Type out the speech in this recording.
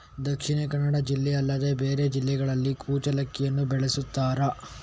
ದಕ್ಷಿಣ ಕನ್ನಡ ಜಿಲ್ಲೆ ಅಲ್ಲದೆ ಬೇರೆ ಜಿಲ್ಲೆಗಳಲ್ಲಿ ಕುಚ್ಚಲಕ್ಕಿಯನ್ನು ಬೆಳೆಸುತ್ತಾರಾ?